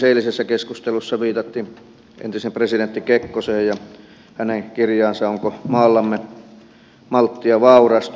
eilisessä keskustelussa viitattiin entiseen presidenttiin kekkoseen ja hänen kirjaansa onko maallamme malttia vaurastua